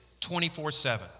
24-7